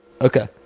Okay